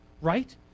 right